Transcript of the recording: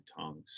tongues